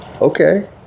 okay